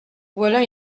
voilà